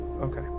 Okay